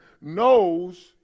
knows